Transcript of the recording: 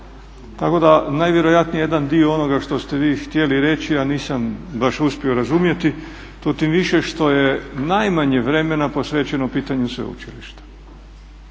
Tako da najvjerojatnije jedan dio onoga što ste vi htjeli reći, a nisam baš uspio razumjeti to tim više što je najmanje vremena posvećeno pitanju sveučilišta.